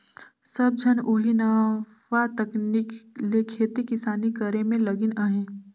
सब झन ओही नावा तकनीक ले खेती किसानी करे में लगिन अहें